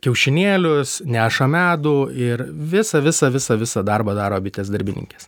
kiaušinėlius neša medų ir visą visą visą visą darbą daro bitės darbininkės